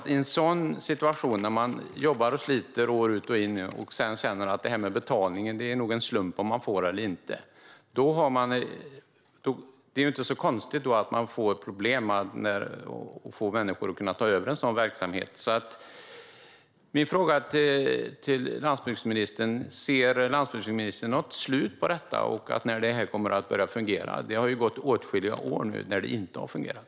I en sådan situation - när man jobbar och sliter år ut och år in och sedan känner att det nog är en slump om man får betalningen eller inte - är det inte så konstigt att man får problem med att få människor att ta över en sådan verksamhet. Min fråga till landsbygdsministern är: Ser landsbygdsministern något slut på detta, och ser han när det kommer att börja fungera? Det har ju nu gått åtskilliga år när det inte har fungerat.